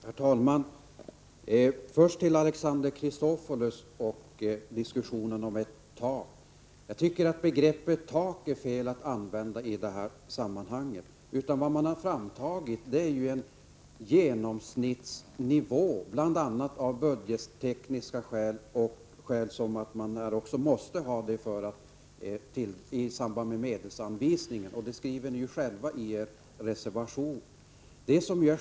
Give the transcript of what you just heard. Herr talman! Först till Alexander Chrisopoulos och diskussionen om ett tak. Jag tycker att det är fel att använda begreppet tak i det här sammanhanget. Vad man har tagit fram är ju en genomsnittsnivå, och det har man gjort av budgettekniska skäl därför att det behövs i samband med medelsanvisningen. Det skriver ni också själva i er reservation.